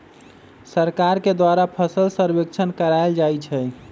सरकार के द्वारा फसल सर्वेक्षण करायल जाइ छइ